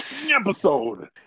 episode